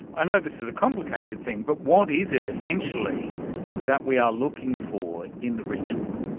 i know this is a complicated thing, but what is it essentially that we are looking for in the ritual?